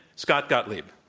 scott gottlieb.